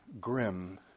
grim